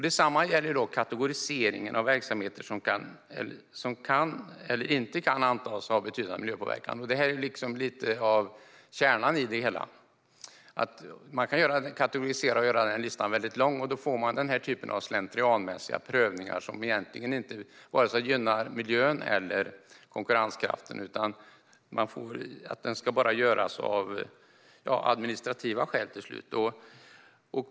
Detsamma gäller kategoriseringen av verksamheter som kan eller inte kan antas ha betydande miljöpåverkan. Detta är lite av kärnan i det hela. Man kan kategorisera och göra listan väldigt lång, och då får man den här typen av slentrianmässiga prövningar, som egentligen inte gynnar vare sig miljön eller konkurrenskraften. De ska till slut bara göras av administrativa skäl.